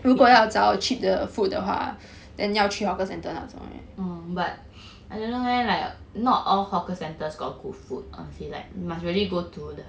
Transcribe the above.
oh but I don't know leh like not all hawker centres got good food honestly like must really go to the